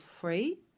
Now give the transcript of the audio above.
three